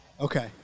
Okay